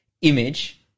image